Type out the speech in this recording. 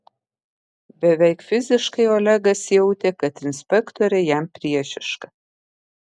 beveik fiziškai olegas jautė kad inspektorė jam priešiška